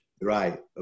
Right